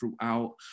throughout